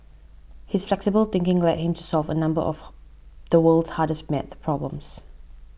his flexible thinking led him to solve a number of the world's hardest math problems